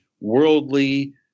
worldly